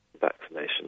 vaccination